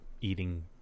eating